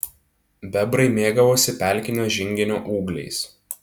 bebrai mėgavosi pelkinio žinginio ūgliais